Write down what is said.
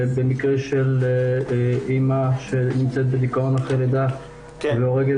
במקרה של אימא שנמצאת בדיכאון אחרי לידה והורגת